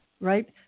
right